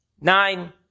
nine